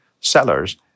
sellers